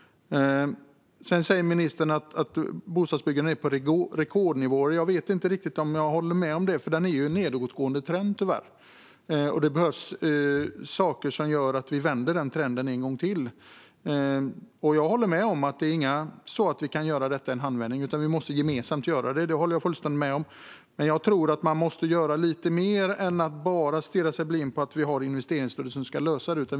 Bostadsministern säger att bostadsbyggandet är på rekordnivåer. Jag vet inte riktigt om jag håller med om det, för det är tyvärr en nedåtgående trend. Det behövs saker som gör att vi vänder den trenden en gång till. Jag håller med om att vi inte kan göra detta i en handvändning utan måste göra det gemensamt. Det håller jag fullständigt med om, men jag tror att man måste göra lite mer än bara stirra sig blind på att vi har investeringsstödet och att det ska lösa detta.